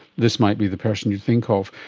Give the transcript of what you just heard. this might be the person you think of.